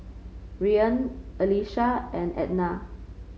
Rian Alesha and Ednah